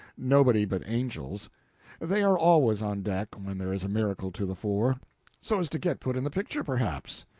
nobody but angels they are always on deck when there is a miracle to the fore so as to get put in the picture, perhaps.